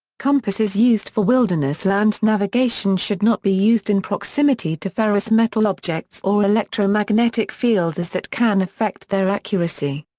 compasses used for wilderness land navigation should not be used in proximity to ferrous metal objects or electromagnetic fields as that can affect their accuracy.